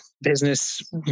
business